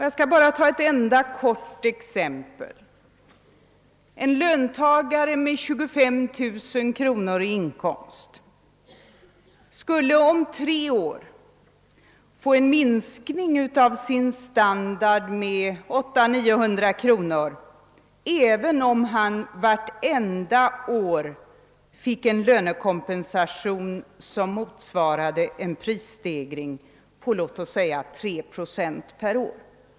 Jag skall bara ta ett enda exempel. En löntagare med 25 000 kronor i inkomst skulle om tre år få en minskning av sin standard med 800 å 900 kronor, även om han vartenda år fick en lönekompensation som motsvarade en prisstegring på låt oss säga tre procent per år.